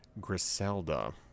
griselda